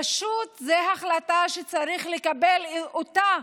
פשוט זו החלטה שצריך לקבל אותה,